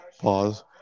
pause